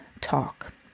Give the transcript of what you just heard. talk